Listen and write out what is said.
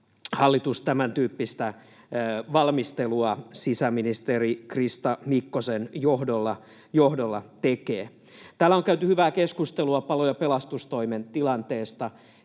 hallitus tämäntyyppistä valmistelua sisäministeri Krista Mikkosen johdolla tekee. Täällä on käyty hyvää keskustelua palo- ja pelastustoimen tilanteesta.